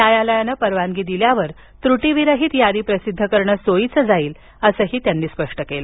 न्यायालयानं परवानगी दिल्यावर त्रुटीविरहीत यादी प्रसिद्ध करणं सोयीचं जाईल असं सोनोवाल म्हणाले